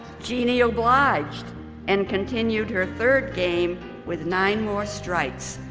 jeanne obliged and continued her third game with nine more strikes,